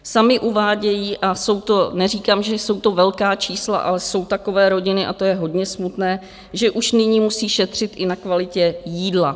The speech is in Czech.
Sami uvádějí a jsou to, neříkám, že jsou to velká čísla, ale jsou takové rodiny, a to je hodně smutné, že už nyní musí šetřit i na kvalitě jídla.